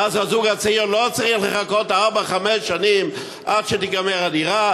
ואז הזוג הצעיר לא צריך לחכות ארבע-חמש שנים עד שתיגמר בניית הדירה,